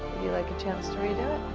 you like a chance to redo it?